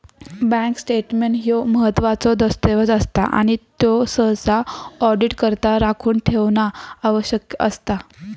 bank statement ह्यो महत्त्वाचो दस्तऐवज असता आणि त्यो सहसा ऑडिटकरता राखून ठेवणा आवश्यक असता